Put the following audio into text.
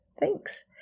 Thanks